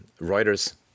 Reuters